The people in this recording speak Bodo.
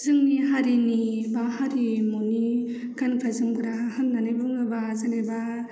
जोंनि हारिनि बा हारिमुनि गानग्रा जोमग्रा होननानै बुङोब्ला जेनेबा